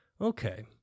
okay